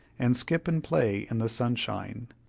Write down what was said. and skip and play in the sunshine.